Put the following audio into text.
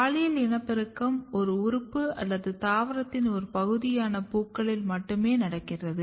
பாலியல் இனப்பெருக்கம் ஒரு உறுப்பு அல்லது தாவரத்தின் ஒரு பகுதியான பூக்களில் மட்டும் நடக்கிறது